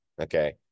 Okay